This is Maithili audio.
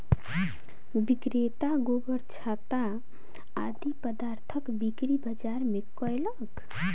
विक्रेता गोबरछत्ता आदि पदार्थक बिक्री बाजार मे कयलक